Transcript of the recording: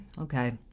okay